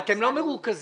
אתם לא מרוכזים.